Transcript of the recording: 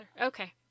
Okay